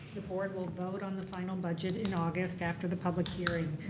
the board will vote on the final budget in august after the public hearing.